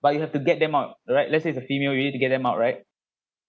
but you have to get them out alright let's say the female you need to get them out right